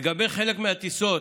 לגבי חלק מהטיסות